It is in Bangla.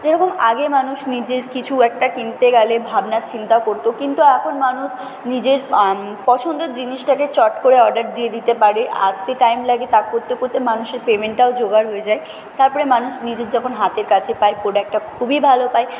যেরকম আগে মানুষ নিজের কিছু একটা কিনতে গেলে ভাবনা চিন্তা করতো কিন্ত এখন মানুষ নিজের পছন্দর জিনিসটাকে চট করে অর্ডার দিয়ে দিতে পারে আসতে টাইম লাগে তা করতে করতে মানুষের পেমেন্টটাও জোগাড় হয়ে যায় তারপরে মানুষ নিজের যখন হাতের কাছে পায় প্রোডাক্টটা খুবই ভালো পায়